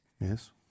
Yes